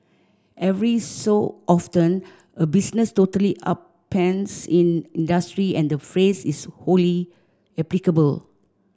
every so often a business totally upends in industry and the phrase is wholly applicable